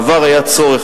בעבר היה צורך,